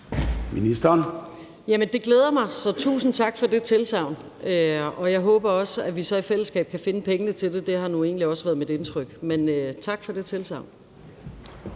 Det glæder mig. Så tusind tak for det tilsagn, og jeg håber også, at vi så i fællesskab kan finde pengene til det. Det har nu egentlig også været mit indtryk. Men tak for det tilsagn.